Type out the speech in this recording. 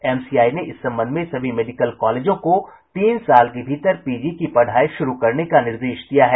MCI ने इस संबंध में सभी मेडिकल कॉलेजों को तीन साल के भीतर पीजी की पढ़ाई शुरू करने का निर्देश दिया है